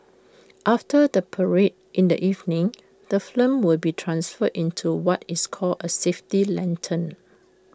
after the parade in the evening the flame will be transferred into what is called A safety lantern